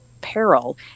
peril